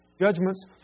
judgments